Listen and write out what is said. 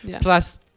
Plus